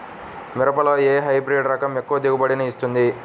మిరపలో ఏ హైబ్రిడ్ రకం ఎక్కువ దిగుబడిని ఇస్తుంది?